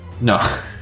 No